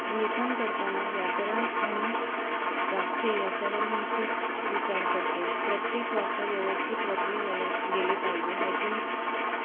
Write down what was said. लेखन करताना व्याकरण आणि वाक्य याच्यावर मी खूप विचार करते प्रत्येक वाक्य व्यवस्थित रचले झाले गेले पाहिजे ह्याची मी